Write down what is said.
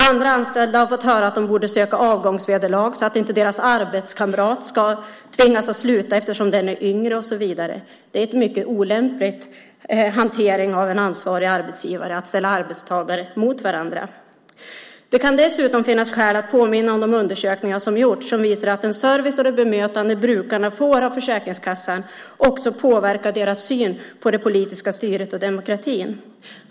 Andra anställda har fått höra att de borde söka avgångsvederlag så att inte deras arbetskamrat ska tvingas att sluta, eftersom denna är yngre. Det är en mycket olämplig hantering av en ansvarig arbetsgivare att ställa arbetstagare mot varandra. Det kan dessutom finnas skäl att påminna om de undersökningar som har gjorts som visar att den service och det bemötande brukarna får av Försäkringskassan också påverkar deras syn på det politiska styret och demokratin.